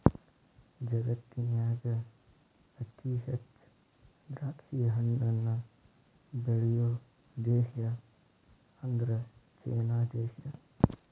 ಜಗತ್ತಿನ್ಯಾಗ ಅತಿ ಹೆಚ್ಚ್ ದ್ರಾಕ್ಷಿಹಣ್ಣನ್ನ ಬೆಳಿಯೋ ದೇಶ ಅಂದ್ರ ಚೇನಾ ದೇಶ